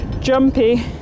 jumpy